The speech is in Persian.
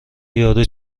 یارو